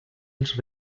els